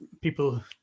people